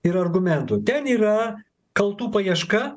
ir argumentų ten yra kaltų paieška